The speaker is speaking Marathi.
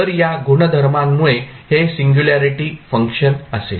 तर या गुणधर्मामुळे हे सिंगुल्यारीटी फंक्शन असेल